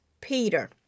Peter